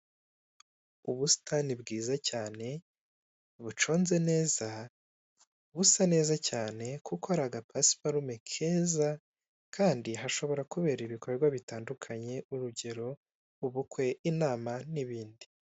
Imitako ya kinyarwanda yo mu bwoko bw'intango imanitse iri mu mabara atandukanye y'umweru n'umukara, umuhondo, icyatsi kaki, ubururu, orange.